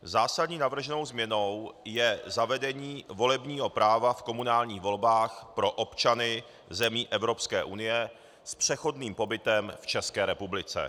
Zásadní navrženou změnou je zavedení volebního práva v komunálních volbách pro občany zemí Evropské unie s přechodným pobytem v České republice.